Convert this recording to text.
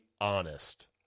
honest